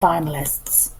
finalists